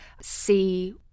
see